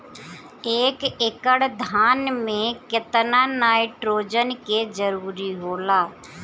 एक एकड़ धान मे केतना नाइट्रोजन के जरूरी होला?